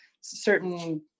certain